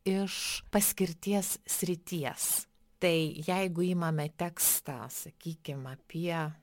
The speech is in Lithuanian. iš paskirties srities tai jeigu imame tekstą sakykim apie